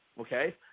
Okay